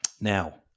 Now